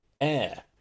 air